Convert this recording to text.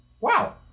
wow